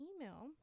email